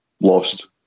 lost